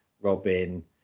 Robin